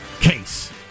case